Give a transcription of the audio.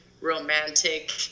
romantic